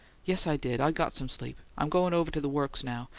yes, i did. i got some sleep. i'm going over to the works now.